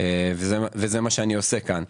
וזה מה שאני עושה כאן,